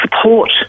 support